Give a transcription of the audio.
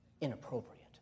inappropriate